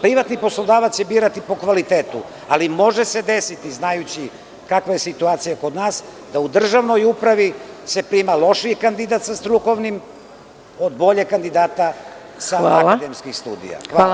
Privatni poslodavac će birati po kvalitetu, ali može se desiti, znajući kakva je situacija kod nas, da u državnoj upravi se prima lošiji kandidat sa strukovnim od boljeg kandidata sa akademskih studija.